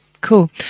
cool